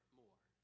more